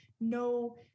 no